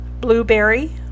Blueberry